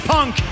Punk